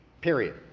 Period